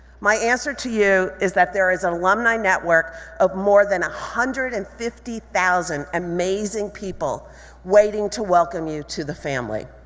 my answer to you is that there is an alumni network of more than one hundred and fifty thousand amazing people waiting to welcome you to the family.